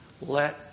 let